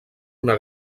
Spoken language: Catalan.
una